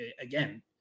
Again